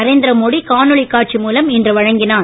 Narendra Modi காணொளிகாட்சிமூலம்இன்றுவழங்கினார்